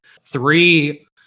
Three